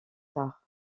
tard